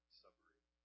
submarine